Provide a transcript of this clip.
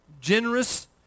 generous